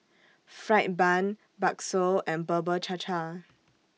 Fried Bun Bakso and Bubur Cha Cha